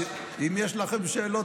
אבל אם יש לכם שאלות,